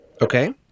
Okay